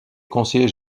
conseiller